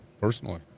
personally